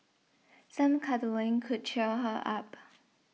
some cuddling could cheer her up